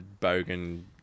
Bogan